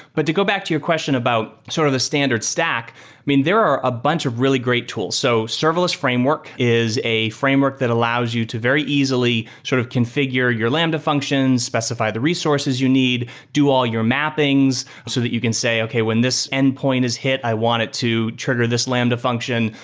but to go back to your question about sort of the standard stack. i mean, there are a bunch of really great tools. so serverless framework is a framework that allows you to very easily sort of configure your lambda functions, specify the resources you need, do all your mappings so that you can say, okay, when this endpoint is hit, i want it to trigger this lambda function.